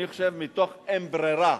אני חושב, מתוך אין-ברירה,